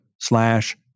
slash